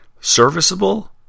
Serviceable